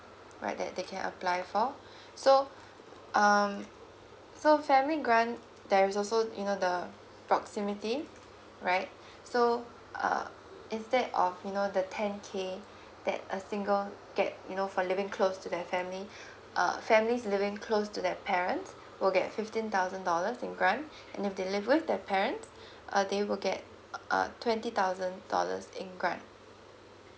right that they can apply for so um so family grant there is also you know the proximity right so uh is that of you know the ten K that uh single get you know for living close to their family uh families living close to their parents will get fifteen thousand dollars in grant if they living with the parent uh they will get uh twenty thousand dollars in grant